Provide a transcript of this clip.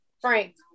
Frank